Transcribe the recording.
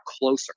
closer